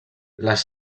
les